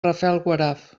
rafelguaraf